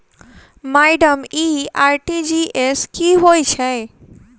Madam इ RTGS की होइ छैय?